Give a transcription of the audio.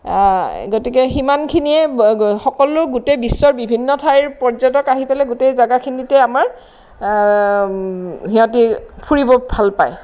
গতিকে সিমানখিনিয়ে সকলো গোটেই বিশ্বৰ বিভিন্ন ঠাইৰ পৰ্যটক আহি পেলাই গোটেই জেগাখিনিতে আমাৰ সিহঁতি ফুৰিব ভাল পায়